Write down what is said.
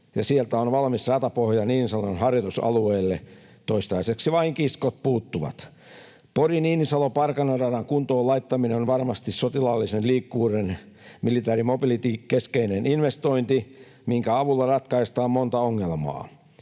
ja sieltä on valmis ratapohja Niinisalon harjoitusalueelle, toistaiseksi vain kiskot puuttuvat. Pori—Niinisalo—Parkano-radan kuntoon laittaminen on varmasti sotilaallisen liikkuvuuden — ”military mobility” — keskeinen investointi, minkä avulla ratkaistaan monta ongelmaa.